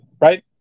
right